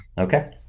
Okay